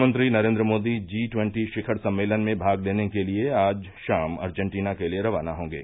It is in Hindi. प्रधानमंत्री नरेन्द्र मोदी जी ट्वन्टी शिखर सम्मेलन में भाग लेने के लिए आज शाम अर्जेंटीना के लिए रवाना होंगे